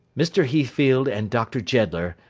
mr. heathfield and dr. jeddler,